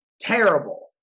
terrible